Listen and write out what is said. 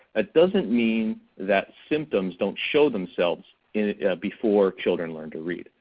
that doesn't mean that symptoms don't show themselves before children learn to read.